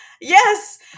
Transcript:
Yes